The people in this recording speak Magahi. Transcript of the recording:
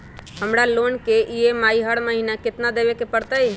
हमरा लोन के ई.एम.आई हर महिना केतना देबे के परतई?